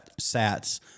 sats